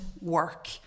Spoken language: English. work